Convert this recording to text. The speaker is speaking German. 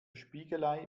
spiegelei